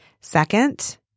Second